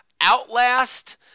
Outlast